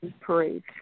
parade